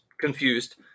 confused